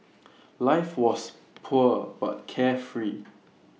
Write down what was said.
life was poor but carefree